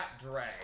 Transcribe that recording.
drag